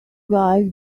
guys